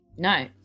No